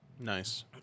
nice